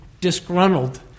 disgruntled